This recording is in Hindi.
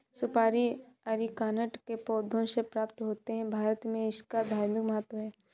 सुपारी अरीकानट के पौधों से प्राप्त होते हैं भारत में इसका धार्मिक महत्व है